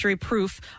proof